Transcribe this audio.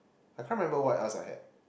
I can't remember what else I had